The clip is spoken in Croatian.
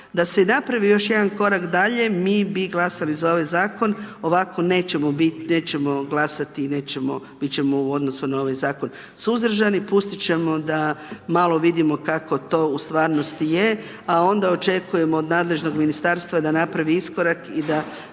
da se i napravi još jedan korak dalje, mi bi glasali za ovaj zakon, ovako nećemo glasati, i nećemo, biti ćemo u odnosu na ovaj zakon suzdržani, pustiti ćemo da malo vidimo kako to u stvarnosti je a onda očekujemo od nadležnog ministarstva da napravi iskorak i da